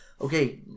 okay